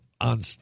on